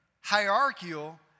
hierarchical